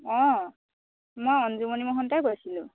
অ মই অঞ্জুমণি মহন্তই কৈছিলোঁ